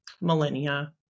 millennia